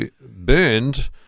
burned